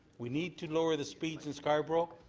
we need to lower the speeds in scarborough.